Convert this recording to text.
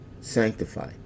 Sanctify